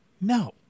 No